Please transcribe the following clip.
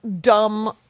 dumb